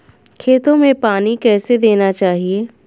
खेतों में पानी कैसे देना चाहिए?